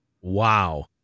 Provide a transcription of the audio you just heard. Wow